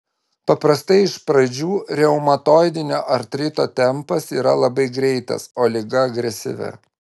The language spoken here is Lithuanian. paprastai iš pradžių reumatoidinio artrito tempas yra labai greitas o liga agresyvi